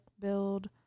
build